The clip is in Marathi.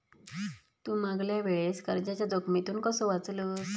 तू मागल्या वेळेस कर्जाच्या जोखमीतून कसो वाचलस